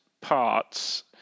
parts